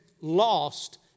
lost